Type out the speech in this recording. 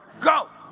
go!